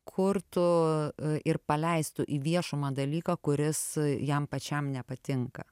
kurtų ir paleistų į viešumą dalyką kuris jam pačiam nepatinka